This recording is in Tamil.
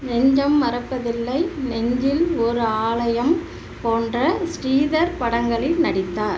நெஞ்சம் மறப்பதில்லை நெஞ்சில் ஒரு ஆலயம் போன்ற ஸ்ரீதர் படங்களில் நடித்தார்